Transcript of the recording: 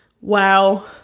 wow